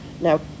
Now